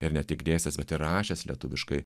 ir ne tik dėstęs bet ir rašęs lietuviškai